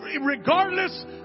regardless